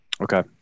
Okay